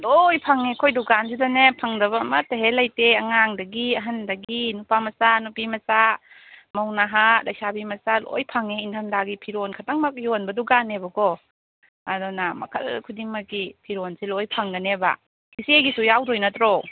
ꯂꯣꯏ ꯐꯪꯉꯦ ꯑꯩꯈꯣꯏ ꯗꯨꯀꯥꯟꯖꯤꯗꯅꯦ ꯐꯪꯗꯕ ꯑꯃꯠꯇ ꯍꯦꯛ ꯂꯩꯇꯦ ꯑꯉꯥꯡꯗꯒꯤ ꯑꯍꯟꯗꯒꯤ ꯅꯨꯄꯥ ꯃꯆꯥ ꯅꯨꯄꯤ ꯃꯆꯥ ꯃꯧ ꯅꯍꯥ ꯂꯩꯁꯥꯕꯤ ꯃꯆꯥ ꯂꯣꯏ ꯐꯪꯉꯦ ꯏꯪꯗꯝꯙꯥꯒꯤ ꯐꯤꯔꯣꯟ ꯈꯛꯇꯪꯃꯛ ꯌꯣꯟꯕ ꯗꯨꯀꯥꯟꯅꯦꯕꯀꯣ ꯑꯗꯨꯅ ꯃꯈꯜ ꯈꯨꯗꯤꯡꯃꯛꯀꯤ ꯐꯤꯔꯣꯟꯁꯦ ꯂꯣꯏ ꯐꯪꯒꯅꯦꯕ ꯏꯆꯦꯒꯤꯁꯨ ꯌꯥꯎꯗꯣꯏ ꯅꯠꯇ꯭ꯔꯣ